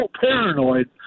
paranoid